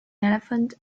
elephant